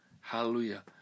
Hallelujah